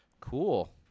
Cool